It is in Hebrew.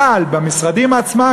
אבל במשרדים עצמם,